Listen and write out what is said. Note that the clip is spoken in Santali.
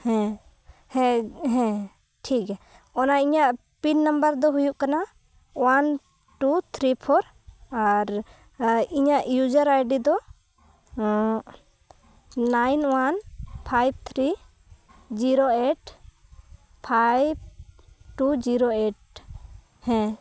ᱦᱮᱸ ᱦᱮᱸ ᱦᱮᱸ ᱴᱷᱤᱠ ᱜᱮᱭᱟ ᱚᱱᱟ ᱤᱧᱟᱹᱜ ᱯᱤᱱ ᱱᱟᱢᱵᱟᱨ ᱫᱚ ᱦᱩᱭᱩᱜ ᱠᱟᱱᱟ ᱳᱣᱟᱱ ᱴᱩ ᱛᱷᱨᱤ ᱯᱷᱳᱨ ᱟᱨ ᱤᱧᱟᱹᱜ ᱤᱭᱩᱡᱟᱨ ᱟᱭᱰᱤ ᱫᱚ nine one five three zero eight five two zero eight ᱦᱮᱸ